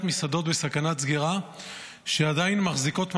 מסעדות בסכנת סגירה שעדיין מחזיקות מעמד.